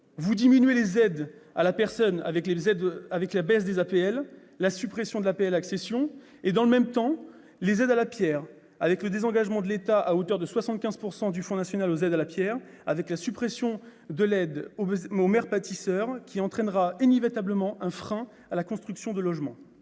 Vous diminuez les aides à la personne, avec la baisse des APL, la suppression de l'APL-accession, et, dans le même temps, les aides à la pierre, avec le désengagement de l'État à hauteur de 75 % du Fonds national aux aides à la pierre, avec la suppression de l'aide aux maires bâtisseurs qui entraînera inévitablement un frein à la construction de logement.